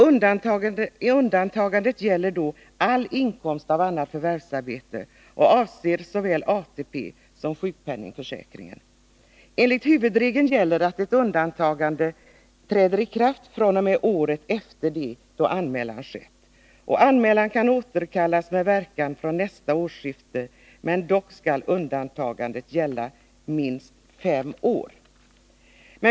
Undantagandet gäller då all inkomst av annat förvärvsarbete och avser såväl ATP som sjukpenningförsäkringen. Enligt huvudregeln gäller ett undantagande fr.o.m. året efter det att anmälan skett. Anmälan kan återkallas med verkan från nästa årsskifte. Dock skall undantagandet gälla minst fem år.